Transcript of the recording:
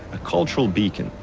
a cultural beacon,